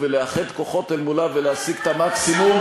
ולאחד כוחות מולה ולהשיג את המקסימום.